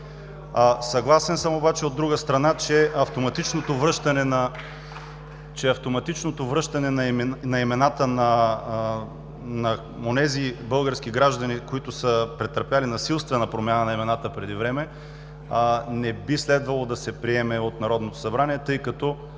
Съгласен съм обаче от друга страна, че автоматичното връщане на имената на онези български граждани, които са претърпели насилствена промяна на имената преди време, не би следвало да се приеме от Народното събрание, тъй като